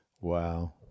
Wow